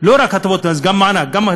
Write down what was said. לא רק הטבות מס, גם מענק.